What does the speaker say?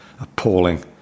appalling